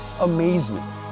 amazement